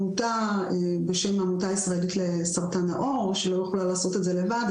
עמותה בשם העמותה הישראלית לסרטן העור שלא יכולה לעשות את זה לבד,